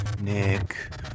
Nick